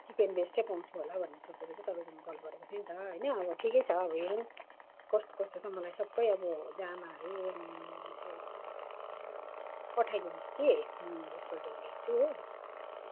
cheap and बेस्टै पाउँछु होला भनी सोचेर चाहिँ तपाईँकोमा कल गरेको थिए नि त होइन अब ठिकै छ अब हेरौँ कस्तो कस्तो छ मलाई सबै अब जामाहरू त्यही प्यान्टहरू पठाइदिनु होस् कि म एकपल्ट हेर्छु हो